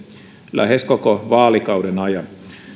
lähes koko vaalikauden ajan